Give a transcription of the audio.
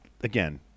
again